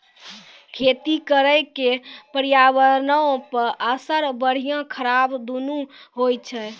खेती करे के पर्यावरणो पे असर बढ़िया खराब दुनू होय छै